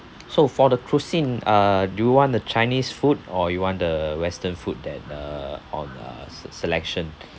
so for the cuisine uh do you want the chinese food or you want the western food that uh on uh selection